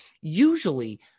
Usually